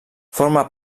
forma